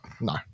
No